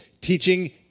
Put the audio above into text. teaching